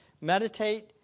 meditate